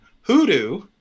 hoodoo